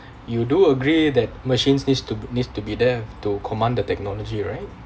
you do agree that machines needs to needs to be there to command the technology right